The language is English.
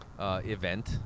event